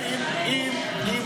אני לא אשם בזה.